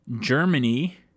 Germany